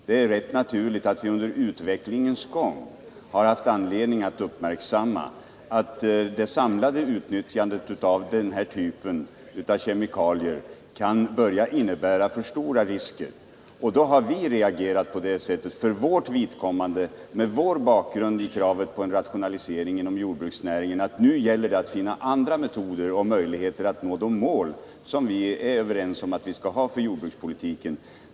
Det är rätt naturligt att vi under utvecklingens gång har haft anledning att uppmärksamma att det samlade utnyttjandet av den här typen av kemikalier kan innebära för stora risker. Då har vi för vårt vidkommande, med vår bakgrund i fråga om kraven på en rationalisering inom jordbruksnäringen, insett att det nu gäller att finna andra metoder för att nå de mål som vi är överens om att ha för jordbrukspolitiken.